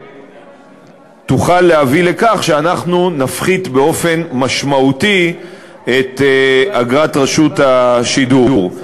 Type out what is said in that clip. תוכל להביא לכך שאנחנו נפחית באופן משמעותי את אגרת רשות השידור.